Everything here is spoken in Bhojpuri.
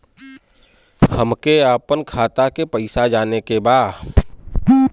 हमके आपन खाता के पैसा जाने के बा